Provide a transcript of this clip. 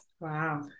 Wow